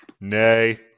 Nay